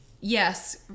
Yes